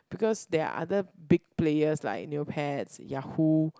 because there are other big players like Neopets Yahoo